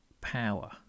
power